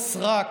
סגן השר פרוש.